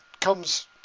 comes